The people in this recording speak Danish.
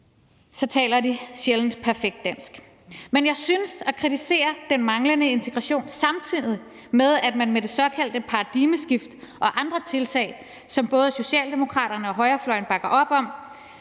taler de sjældent perfekt dansk. Men jeg synes, at det at kritisere den manglende integration, samtidig med at man har det såkaldte paradigmeskift og andre tiltag, som både Socialdemokraterne og højrefløjen bakker op om,